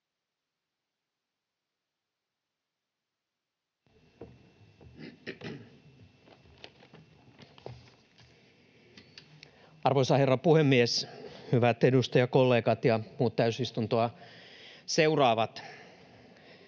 Arvoisa herra puhemies! Hyvät edustajakollegat ja muut täysistuntoa seuraavat!